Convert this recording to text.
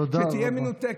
תודה רבה.